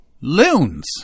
Loons